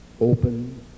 open